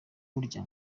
burya